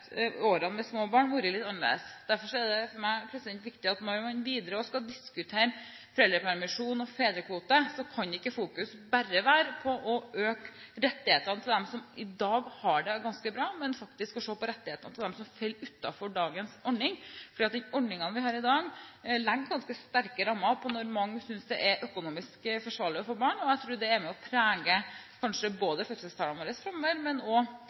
årene med små barn, vært litt annerledes. Derfor er det viktig for meg at når man også videre skal diskutere foreldrepermisjon og fedrekvote, kan ikke fokus bare være på å øke rettighetene til dem som i dag har det ganske bra, men også faktisk å se på rettighetene til dem som faller utenfor dagens ordning. Den ordningen vi har i dag, legger ganske sterke rammer for når mange synes det er økonomisk forsvarlig å få barn. Jeg tror det er med på å prege kanskje både fødselstallene våre framover og